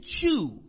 choose